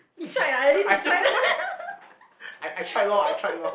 he tried lah at least he tried